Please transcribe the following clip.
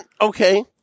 okay